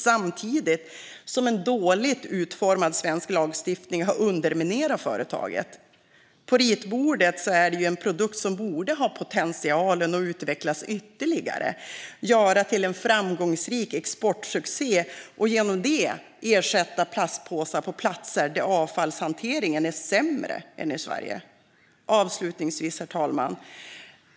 Samtidigt har en dåligt utformad svensk lagstiftning underminerat företaget. På ritbordet är det en produkt som borde ha potentialen att utvecklas ytterligare, göras till en framgångsrik exportsuccé och genom det ersätta plastpåsar på platser där avfallshanteringen är sämre än i Sverige. Herr talman!